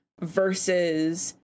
versus